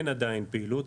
אין עדיין פעילות.